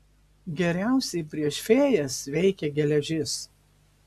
geriausiai prieš fėjas veikia geležis